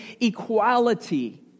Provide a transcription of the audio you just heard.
equality